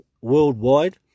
worldwide